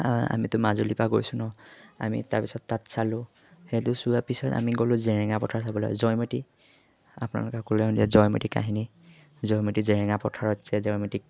আমিতো মাজুলীৰ পৰা গৈছোঁ নহ্ আমি তাৰপিছত তাত চালোঁ সেইটো চোৱাৰ পিছত আমি গ'লোঁ জেৰেঙা পথাৰ চাবলৈ জয়মতী আপোনালোকে সকলোৱে জয়মতী কাহিনী জয়মতী জেৰেঙা পথাৰত যে জয়মতীক